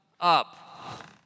up